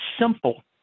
simple